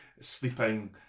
sleeping